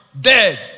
Dead